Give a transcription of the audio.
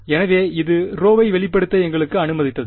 எனவே இது ஐ வெளிப்படுத்த எங்களுக்கு அனுமதித்தது